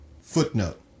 footnote